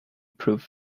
proof